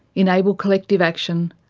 enable collective action,